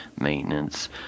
maintenance